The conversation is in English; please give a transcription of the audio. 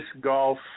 golf